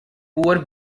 poor